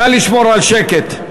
נא לשמור על שקט.